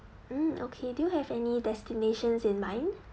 mm okay do you have any destinations in mind